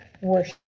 worship